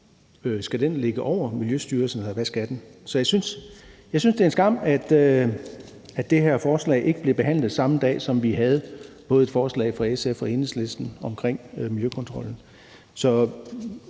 skal den ligge over Miljøstyrelsen, eller hvad skal den? Så jeg synes, det er en skam, at det her forslag ikke blev behandlet samme dag, som vi havde forslag fra både SF og Enhedslisten omkring miljøkontrollen.